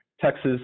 texas